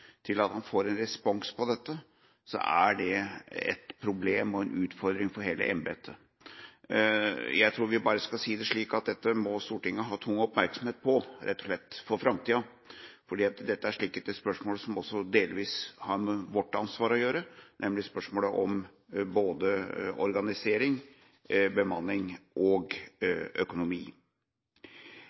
til han får en respons på dette, er det et problem og en utfordring for hele embetet. Jeg tror vi bare skal si det slik at dette må Stortinget rett og slett ha tung oppmerksomhet på for framtida, for dette er slike spørsmål som også delvis har med vårt ansvar å gjøre, nemlig spørsmålet om både organisering, bemanning og økonomi.